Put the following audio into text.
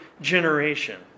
generation